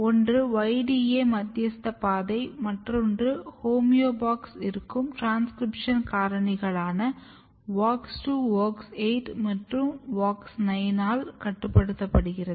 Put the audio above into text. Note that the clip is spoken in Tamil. ஒன்று YDA மத்தியஸ்த பாதை மற்றொன்று ஹோமியோபாக்ஸ் இருக்கும் டிரான்ஸ்கிரிப்ஷன் காரணிகளான WOX2 WOX8 மற்றும் WOX9 ஆல் கட்டுப்படுத்தப்படுகிறது